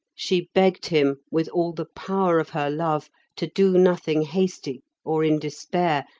she begged him with all the power of her love to do nothing hasty, or in despair,